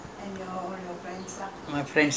அடுத்து எங்க:aduthu engga generation நானும்:naanum my brother